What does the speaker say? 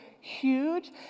huge